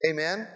Amen